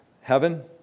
Heaven